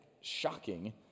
shocking